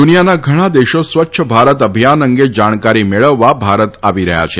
દુનિયાના ઘણાં દેશો સ્વચ્છ ભારત અભિયાન અંગે જાણકારી મેળવવા ભારત આવી રહ્યા છે